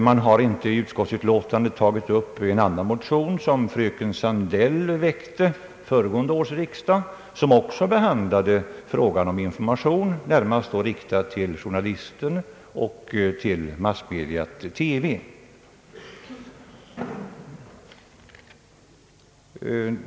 Man har i utlåtandet inte tagit upp en annan motion, som fröken Sandell väckte vid fjolårets riksdag och som också behandlade frågan om information, närmast riktad till journalister och till våra massmedia, främst TV.